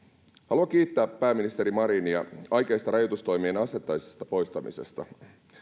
haluan kiittää pääministeri marinia aikeista rajoitustoimien asteittaisesta poistamisesta